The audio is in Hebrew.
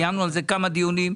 קיימנו על זה כמה דיונים.